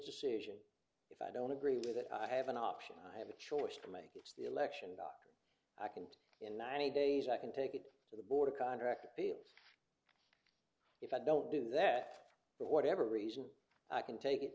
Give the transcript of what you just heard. decision if i don't agree with it i have an option i have a choice to make if the election dr i can't in ninety days i can take it to the board a contract appeals if i don't do that for whatever reason i can take it